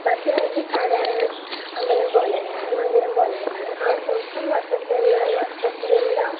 ബാക്കിയെല്ലാ ദിവസവും സാധാരണ അമ്പലം പോലെ തന്നെയാണ് മന്ദിരം പോലെ തന്നെയാണ് ആ ഒരു ദിവസം വർഷത്തിലെല്ലാ വർഷത്തിലെല്ലാ